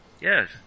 Yes